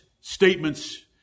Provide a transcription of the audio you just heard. statements